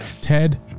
Ted